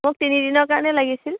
মোক তিনিদিনৰ কাৰণে লাগিছিল